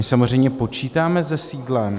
Samozřejmě počítáme se sídlem.